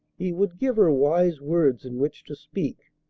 he would give her wise words in which to speak.